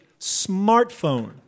smartphone